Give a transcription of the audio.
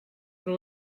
però